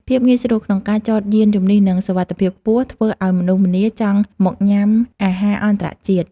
ភាពងាយស្រួលក្នុងការចតយានជំនិះនិងសុវត្ថិភាពខ្ពស់ធ្វើឱ្យមនុស្សម្នាចង់មកញ៉ាំអាហារអន្តរជាតិ។